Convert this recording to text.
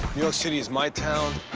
york city is my town.